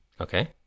Okay